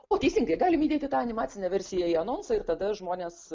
o teisingai galim įdėti tą animacinę versiją į anonsą ir tada žmonės